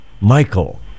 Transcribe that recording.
Michael